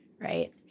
Right